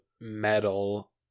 metal